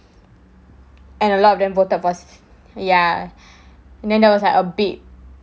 a lot of them voted for seng~ ya and then there was like a big